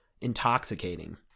intoxicating